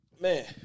man